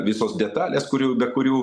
visos detalės kurių be kurių